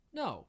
no